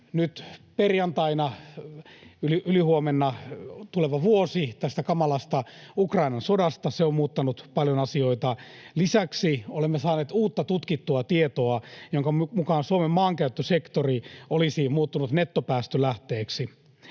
sen, että ylihuomenna tulee kuluneeksi vuosi tästä kamalasta Ukrainan sodan alkamisesta. Se on muuttanut paljon asioita. Lisäksi olemme saaneet uutta tutkittua tietoa, jonka mukaan Suomen maankäyttösektori olisi muuttunut nettopäästölähteeksi.